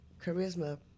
charisma